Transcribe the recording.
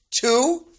Two